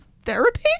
therapy